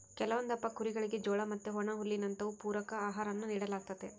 ಕೆಲವೊಂದಪ್ಪ ಕುರಿಗುಳಿಗೆ ಜೋಳ ಮತ್ತೆ ಒಣಹುಲ್ಲಿನಂತವು ಪೂರಕ ಆಹಾರಾನ ನೀಡಲಾಗ್ತತೆ